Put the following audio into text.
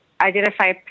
identify